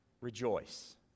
Rejoice